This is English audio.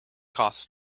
costs